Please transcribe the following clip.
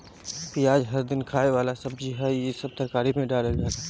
पियाज हर दिन खाए वाला सब्जी हअ, इ सब तरकारी में डालल जाला